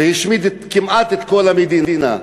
והשמיד כמעט את כל המדינה,